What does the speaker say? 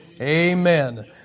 Amen